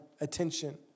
attention